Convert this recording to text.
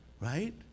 right